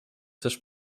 też